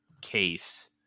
case